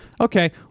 okay